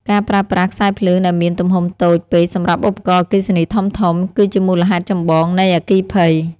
ការប្រើប្រាស់ខ្សែភ្លើងដែលមានទំហំតូចពេកសម្រាប់ឧបករណ៍អគ្គិសនីធំៗ គឺជាមូលហេតុចម្បងនៃអគ្គិភ័យ។